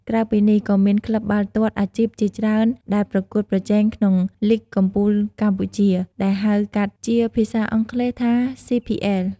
ក្រៅពីនេះ ក៏មានក្លឹបបាល់ទាត់អាជីពជាច្រើនដែលប្រកួតប្រជែងក្នុងលីគកំពូលកម្ពុជា ដែលហៅកាត់ជាភាសាអង់គ្លេសថា CPL។